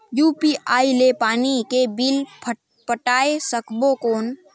UPI ले पानी के बिल पटाय सकबो कौन?